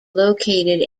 located